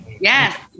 Yes